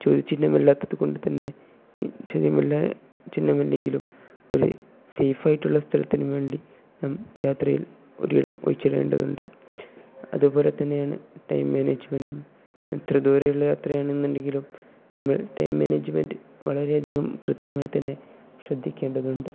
ചോദ്യ ചിഹ്നമല്ലാത്തതു കൊണ്ടു തന്നെ ഈ ചിഹ്നമല്ലെങ്കിലും ഒരു സേഫായിട്ടുള്ള സ്ഥലത്തിനു വേണ്ടി നാം യാത്രയിൽ ഒരിടം ഒഴിച്ചിടേണ്ടതുണ്ട് അതു പോലെ തന്നെയാണ് ടൈം മോനേജ്മെൻറ്റും എത്ര ദൂരെയുള്ള യാത്രയാണെന്നുണ്ടെങ്കിലും നമ്മൾ ടൈം മോനേജ്മെൻറ് വളരെയധികം കൃത്യമായി തന്നെ ശ്രദ്ധിക്കേണ്ടതുണ്ട്